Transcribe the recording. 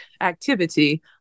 activity